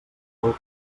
qual